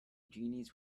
genies